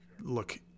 look